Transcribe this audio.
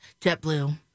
JetBlue